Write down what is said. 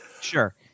sure